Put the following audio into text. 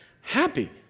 happy